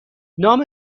نام